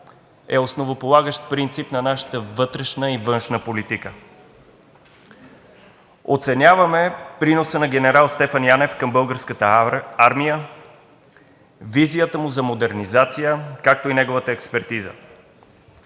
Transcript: е основополагащ принцип на нашата вътрешна и външна политика. Оценяваме приноса на генерал Стефан Янев към Българската армия, визията му за модернизация, както и неговата експертиза.